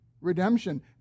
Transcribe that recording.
Redemption